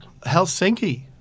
Helsinki